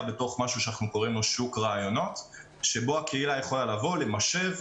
בתוך שוק רעיונות שבו הקהילה יכולה לתת משוב,